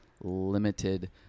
limited